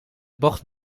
bocht